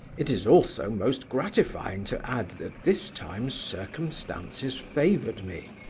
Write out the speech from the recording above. it is also most gratifying to add that this time circumstances favored me.